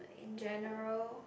in general